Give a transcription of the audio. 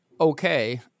okay